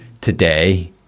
today